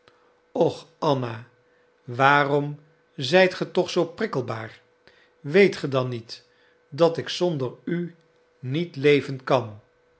och anna waarom zijt ge toch zoo prikkelbaar weet ge dan niet dat ik zonder u niet leven kan